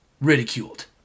ridiculed